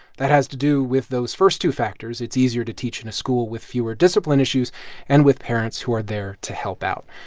that has to do with those first two factors. it's easier to teach in a school with fewer discipline issues and with parents who are there to help out,